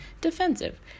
defensive